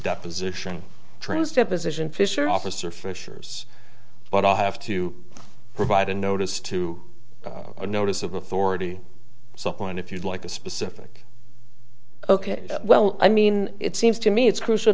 deposition trans deposition fisher officer fisher's but i have to provide a notice to the notice of authority some point if you'd like a specific ok well i mean it seems to me it's crucial